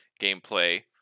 gameplay